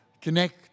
connect